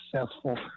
successful